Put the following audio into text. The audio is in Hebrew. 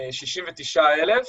69,000